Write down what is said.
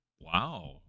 wow